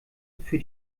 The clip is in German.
für